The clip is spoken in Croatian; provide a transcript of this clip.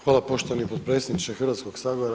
Hvala poštovani potpredsjedniče Hrvatskog sabora.